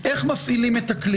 איך מפעילים אותו,